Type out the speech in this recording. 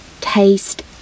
taste